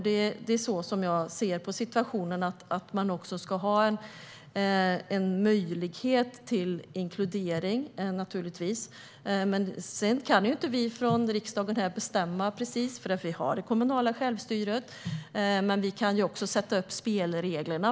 Det ska naturligtvis finnas en möjlighet till inkludering. Sedan kan vi från riksdagen inte bestämma över det. Det är kommunala självstyret som gäller. Men vi kan sätta upp spelregler.